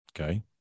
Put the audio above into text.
Okay